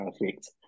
Perfect